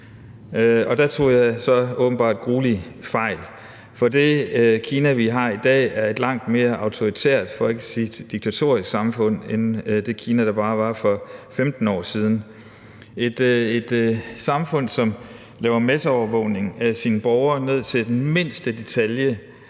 Der tog jeg så åbenbart grueligt fejl, for det Kina, vi har i dag, er et langt mere autoritært for ikke at sige diktatorisk samfund end det Kina, der var for bare 15 år siden. Det er et samfund, som laver masseovervågning af sine borgere ned til mindste detalje,